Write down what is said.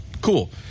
Cool